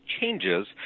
changes